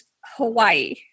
Hawaii